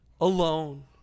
alone